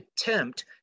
attempt